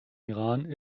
iran